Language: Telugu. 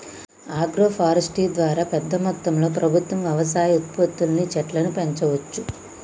ఆగ్రో ఫారెస్ట్రీ ద్వారా పెద్ద మొత్తంలో ప్రభుత్వం వ్యవసాయ ఉత్పత్తుల్ని చెట్లను పెంచవచ్చు